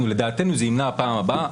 לדעתנו זה ימנע את הפעם הבא.